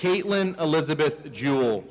caitlin elizabeth jewel